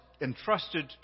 entrusted